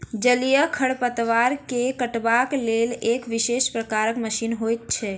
जलीय खढ़पतवार के काटबाक लेल एक विशेष प्रकारक मशीन होइत छै